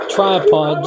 tripod